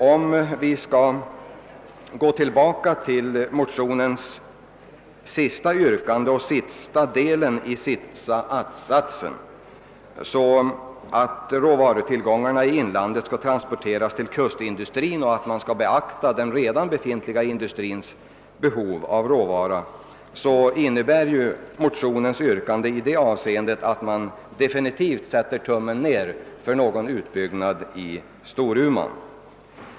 Om vi skall gå tillbaka till motionens sista yrkande och sista delen i sista attsatsen, som hemställer att »vedråvaran antingen användes i till området lokalt bunden industri eller transporteras till kustindustrin, varvid bör beaktas det råvarubehov som redan befintlig eller planerad industri inom området har«, innebär motionens yrkande i det avseendet att man definitivt vänder tummen ner för någon vidareförädling av träfiberråvara i Storuman.